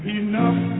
enough